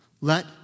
let